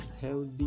healthy